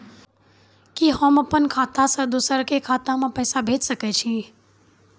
कि होम अपन खाता सं दूसर के खाता मे पैसा भेज सकै छी?